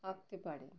আঁকতে পারে